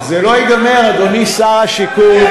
זה לא ייגמר, אדוני שר השיכון.